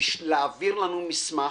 להעביר לנו מסמך,